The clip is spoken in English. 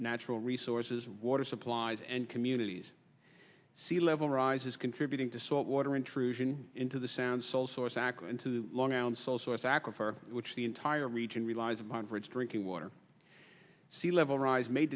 natural resources water supplies and communities sea level rise is contributing to salt water intrusion into the sound sole source ackland to the long island sole source aquifer which the entire region relies upon for its drinking water sea level rise ma